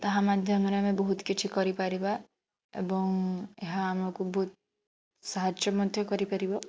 ତାହା ମାଧ୍ୟମରେ ଆମେ ବହୁତ କିଛି କରିପାରିବା ଏବଂ ଏହା ଆମକୁ ବହୁତ ସାହାଯ୍ୟ ମଧ୍ୟ କରିପାରିବ